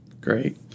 Great